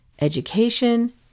Education